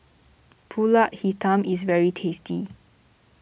Pulut Hitam is very tasty